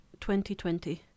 2020